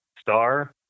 star